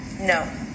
No